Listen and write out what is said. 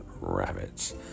rabbits